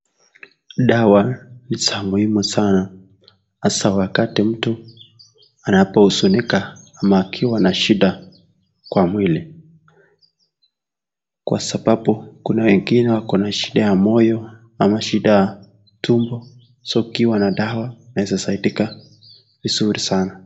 Dawa ni za muhimu sana hasa wakati mtu anapohuzunika ama akiwa na shida kwa mwili kwa sababu kuna wengine wako na shida ya moyo ama shida ya tumbo (cs) so (cs) ukiwa na dawa unaeza saidika vizuri saana.